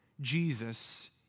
Jesus